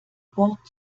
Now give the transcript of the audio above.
wort